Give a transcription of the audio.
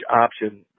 option